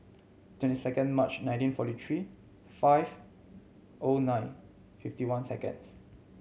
twenty second March nineteen forty three five O nine fifty one seconds